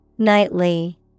Nightly